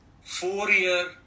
four-year